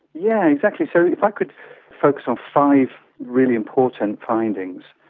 yeah exactly, so if i could focus on five really important findings,